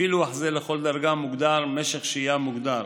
לפי לוח זה לכל דרגה מוגדר משך שהייה מוגדר.